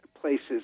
places